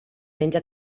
menja